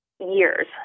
years